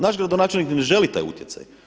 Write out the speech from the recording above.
Naš gradonačelnik ni ne želi taj utjecaj.